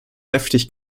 heftig